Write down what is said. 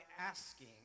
asking